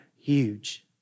huge